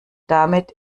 damit